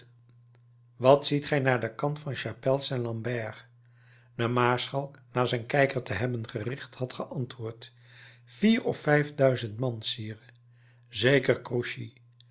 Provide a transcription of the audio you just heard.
wat ziet gij naar den kant van chapelle saint lambert de maarschalk na zijn kijker te hebben gericht had geantwoord vier of vijf duizend man sire zeker